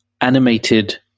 animated